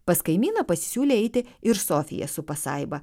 pas kaimyną pasisiūlė eiti ir sofija su pasaiba